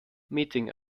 meeting